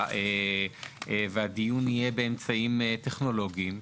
והדיון יהיה באמצעים טכנולוגיים,